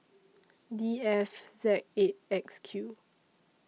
D F Z eight X Q